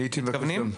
מתכוונים?